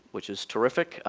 which is terrific,